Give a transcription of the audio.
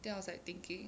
then I was like thinking